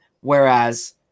Whereas